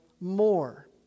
more